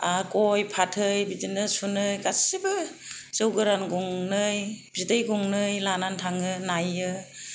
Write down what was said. गय फाथै बिदिनो सुनै गासिबो जौ गोरान गंनै बिदै गंनै लानानै थाङो नायो